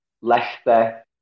Leicester